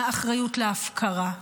מהאחריות להפקרה,